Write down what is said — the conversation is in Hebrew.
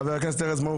חבר הכנסת ארז מלול,